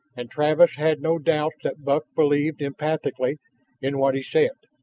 and travis had no doubts that buck believed implicitly in what he said,